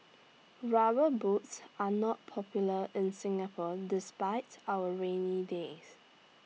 rubber boots are not popular in Singapore despite our rainy days